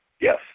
Yes